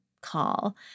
Call